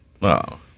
Wow